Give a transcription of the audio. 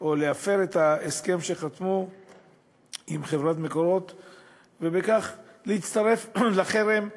את ההסכם שהם חתמו עמה ובכך להצטרף לחרם האירופי,